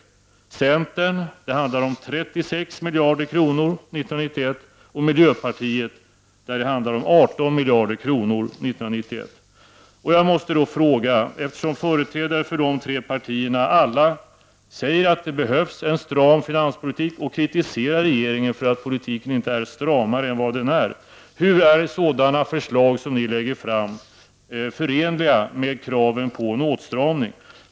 För centerns del rör det sig om 36 miljarder kronor och för miljöpartiets del om 18 miljarder kronor. Eftersom företrädare för dessa partier säger att det behövs en stram finanspolitik och kritiserar regeringen för att politiken inte är stramare måste jag fråga: Hur är sådana förslag som ni lägger fram förenliga med kraven på en åtstramning?